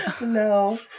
No